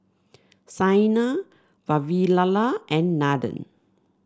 Saina Vavilala and Nathan